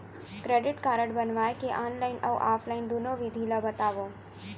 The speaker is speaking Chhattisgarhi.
क्रेडिट कारड बनवाए के ऑनलाइन अऊ ऑफलाइन दुनो विधि ला बतावव?